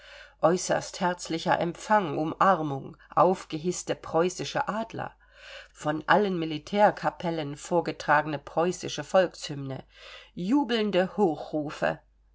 äußerst herzlicher empfang umarmung aufgehißte preußische adler von allen militärkapellen vorgetragene preußische volkshymne jubelnde